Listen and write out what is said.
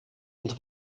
und